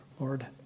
Lord